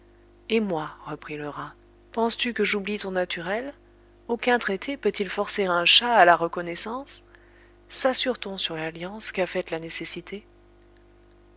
et moi reprit le rat penses-tu que j'oublie ton naturel aucun traité peut-il forcer un chat à la reconnaissance sassure t on sur l'alliance qu'a faite la nécessité